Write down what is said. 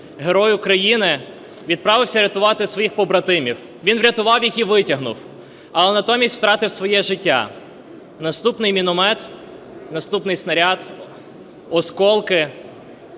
герой України, відправився рятувати своїх побратимів. Він врятував їх і витягнув, але натомість втратив своє життя. Наступний міномет, наступний снаряд, осколки